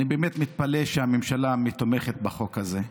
אני באמת מתפלא שהממשלה תומכת בחוק הזה.